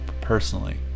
personally